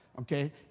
okay